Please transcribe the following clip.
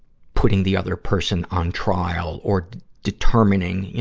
putting the other person on trial or determining,